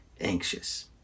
anxious